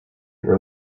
were